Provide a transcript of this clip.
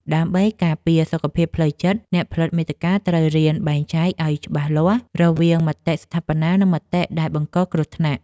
ដើម្បីការពារសុខភាពផ្លូវចិត្ត អ្នកផលិតមាតិកាត្រូវរៀនបែងចែកឱ្យច្បាស់រវាង មតិស្ថាបនា និង មតិដែលបង្កគ្រោះថ្នាក់។